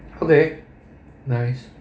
okay nice